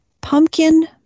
Pumpkin